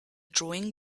drawing